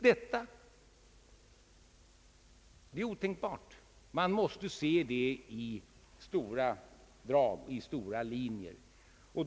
Det är otänkbart. Man måste se det i stora drag, se de stora linjerna.